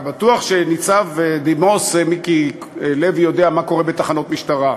בטוח שניצב בדימוס מיקי לוי יודע מה קורה בתחנות משטרה.